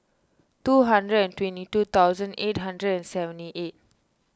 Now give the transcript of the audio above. two hundred and twenty two thousand eight hundred and seventy eight